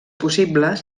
possible